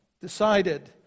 decided